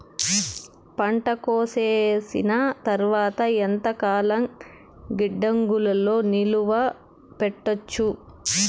పంట కోసేసిన తర్వాత ఎంతకాలం గిడ్డంగులలో నిలువ పెట్టొచ్చు?